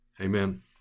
Amen